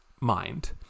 mind